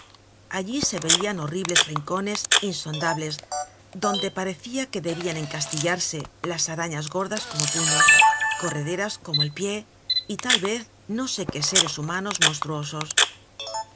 allí se veian horribles rincones insondables donde parecia que debian encastillarse las arañas gordas como puños correderas como el pie y tal vez no sé qué seres humanos monstruosos